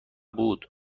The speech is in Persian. بود